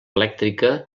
elèctrica